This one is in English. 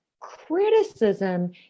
criticism